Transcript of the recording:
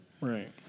Right